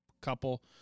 couple